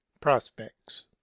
prospects